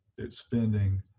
it's spending